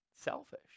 selfish